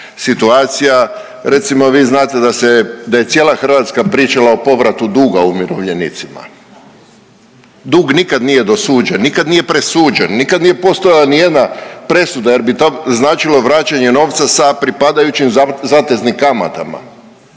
situacija. Recimo vi znate da je cijela Hrvatska pričala o povratu duga umirovljenicima. Dug nikad nije dosuđen, nikad nije presuđen, nikad nije postojala ni jedna presuda jer bi to značilo vraćanje novca sa pripadajućim zateznim kamatama.